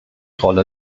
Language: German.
rolle